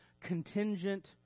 contingent